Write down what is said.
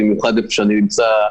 במיוחד היכן שאני נמצא,